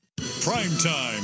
Primetime